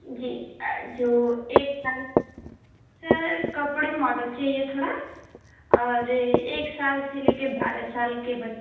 जी जो एक साल सर कपड़े मॉडल चाहिए थोड़ा और एक साल से लेके बारह साल के ब